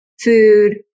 food